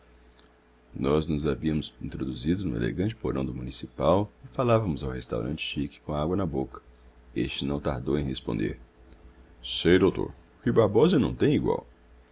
nós nos havíamos introduzido no elegante porão do municipal e falávamos ao restaurante chic com água na boca este não tardou em responder sei doutor rui barbosa não tem igual